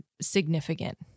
significant